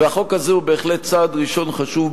והחוק הזה הוא בהחלט צעד ראשון חשוב,